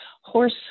horse